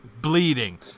bleeding